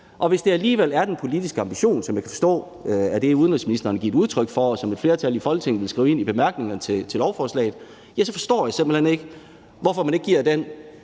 Og hvis det alligevel er den politiske ambition – som jeg kan forstå er det, udenrigsministeren giver udtryk for, og som et flertal i Folketinget vil skrive ind i bemærkningerne til lovforslaget – ja, så forstår jeg simpelt hen ikke, hvorfor man ikke giver den